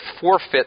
forfeit